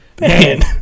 Man